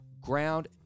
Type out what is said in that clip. ground